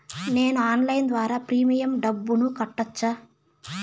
నేను ఆన్లైన్ ద్వారా ప్రీమియం డబ్బును కట్టొచ్చా?